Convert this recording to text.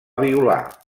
violar